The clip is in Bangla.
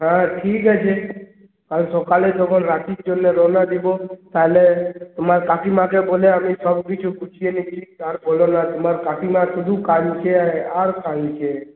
হ্যাঁ ঠিক আছে কাল সকালে যখন রাঁচির জন্য রওনা দিবো তালে তোমার কাকিমাকে বলে আমি সব কিছু গুছিয়ে নিচ্ছি আর বলো না তোমার কাকিমা শুধু কাঁদছে আর কাঁদছে